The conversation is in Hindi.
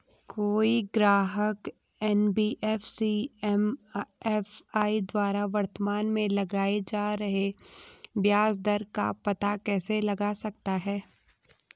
कोई ग्राहक एन.बी.एफ.सी एम.एफ.आई द्वारा वर्तमान में लगाए जा रहे ब्याज दर का पता कैसे लगा सकता है?